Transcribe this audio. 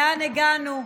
לאן הגענו,